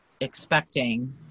expecting